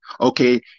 Okay